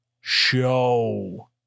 Show